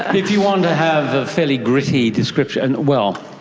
if you want to have a fairly gritty description, well,